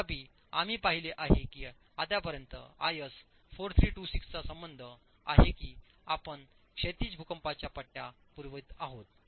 तथापि आम्ही पाहिले आहे की आतापर्यंत आयएस 4326 चा संबंध आहे की आपण क्षैतिज भूकंपाच्या पट्ट्या पुरवित आहात